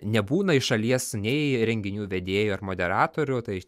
nebūna iš šalies nei renginių vedėjų ar moderatorių tai